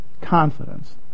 confidence